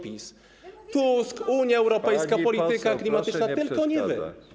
Winni są Tusk, Unia Europejska, polityka klimatyczna, tylko nie wy.